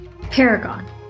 Paragon